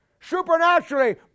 supernaturally